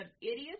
idiots